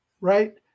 right